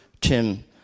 Tim